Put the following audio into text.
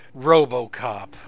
Robocop